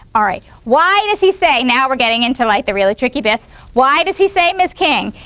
all right? why does he say now we're getting into like, the really tricky bits why does he say, ms king,